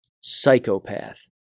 Psychopath